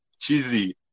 Cheesy